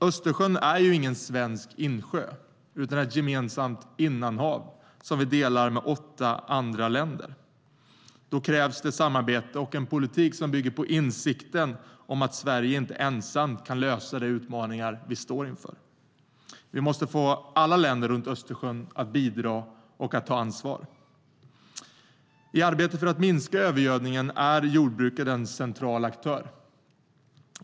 Östersjön är ju ingen svensk insjö utan ett gemensamt innanhav som vi delar med åtta andra länder. Då krävs det samarbete och en politik som bygger på insikten om att Sverige inte ensamt kan lösa de utmaningar vi står inför. Vi måste få alla länder runt Östersjön att bidra och att ta ansvar. I arbetet för att minska övergödningen är jordbruket en central aktör.